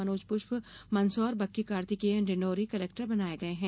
मनोज पृष्य मंदसौर बक्की कार्तिकेयन डिण्डौरी कलेक्टर बनाये गये हैं